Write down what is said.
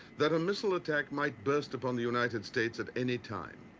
that a missile attack might burst upon the united states at any time.